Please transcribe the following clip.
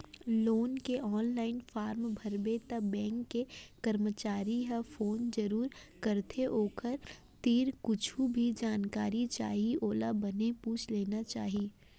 loan के online form भरबे त बेंक के करमचारी ह फोन जरूर करथे ओखर तीर कुछु भी जानकारी चाही ओला बने पूछ लेना चाही